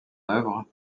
œuvre